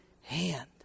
hand